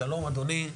"שלום אדוני,